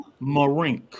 Marink